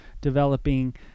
developing